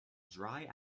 dry